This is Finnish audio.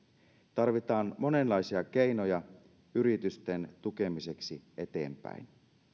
tarvitaan monenlaisia keinoja yritysten tukemiseksi eteenpäin